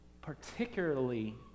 particularly